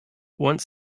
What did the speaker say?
once